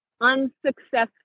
unsuccessful